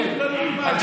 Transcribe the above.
מיכל, באמת,